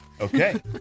Okay